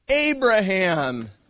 Abraham